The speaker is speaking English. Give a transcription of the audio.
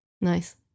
Nice